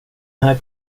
här